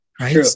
Right